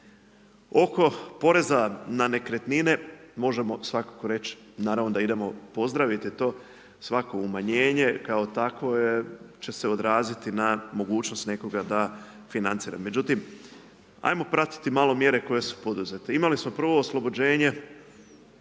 Oko poreza na nekretnine možemo svakako reći naravno da idemo pozdraviti to, svako umanjenje kao takvo će se odraziti na mogućnost nekog da financira. Međutim, ajmo pratiti malo mjere koje su poduzete. Imali smo prvo oslobođenje